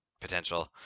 potential